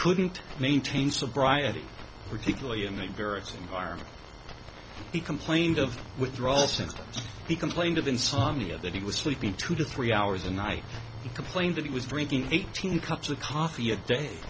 couldn't maintain sobriety particularly in the various environments he complained of withdrawal symptoms he complained of insomnia that he was sleeping two to three hours a night he complained that he was drinking eighteen cups of coffee a day